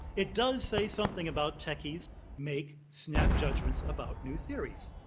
it does say something about techies make snap judgments about new theories.